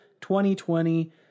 2020